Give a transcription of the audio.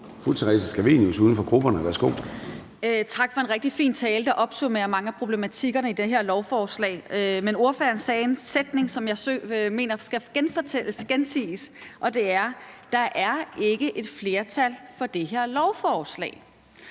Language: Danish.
Theresa Scavenius (UFG): Tak for en rigtig fin tale, der opsummerer mange af problematikkerne i det her lovforslag. Men ordføreren sagde en sætning, som jeg mener skal gentages, og det er, at der ikke er et flertal for det her lovforslag.